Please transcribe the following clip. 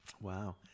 Wow